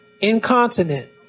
incontinent